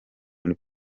muri